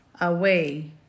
Away